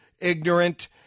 ignorant